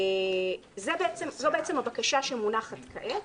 זאת הבקשה שמונחת כעת.